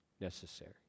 necessary